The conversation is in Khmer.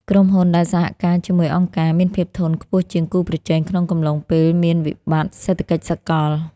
ក្រុមហ៊ុនដែលសហការជាមួយអង្គការ មានភាពធន់ខ្ពស់ជាងគូប្រជែងក្នុងកំឡុងពេលមានវិបត្តិសេដ្ឋកិច្ចសកល។